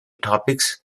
topics